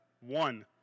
one